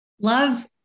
Love